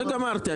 לא גמרתי.